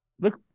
Look